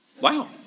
Wow